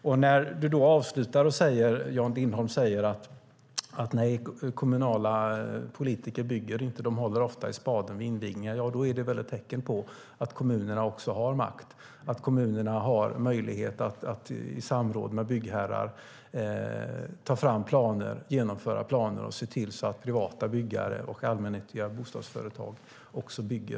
När Jan Lindholm avslutar och säger att kommunala politiker ofta håller i spaden vid invigningar så är väl det ett tecken på att kommunerna också har makt och möjlighet att i samråd med byggherrar ta fram planer och genomföra dem och se till att privata byggare och allmännyttiga bostadsföretag också bygger.